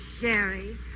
Sherry